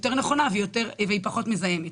נכונה ופחות מזהמת.